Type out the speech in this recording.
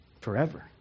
Forever